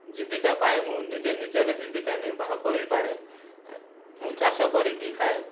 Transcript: ଜୀବିକା ପାଇଁ ମୁଁ ନିଜେ ନିଜର ଜୀବିକା ନିର୍ବାହ କରିପାରେ ମୁଁ ଚାଷ କରିକି ଖାଏ